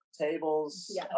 tables